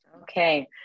Okay